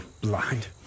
blind